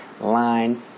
line